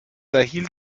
erhielt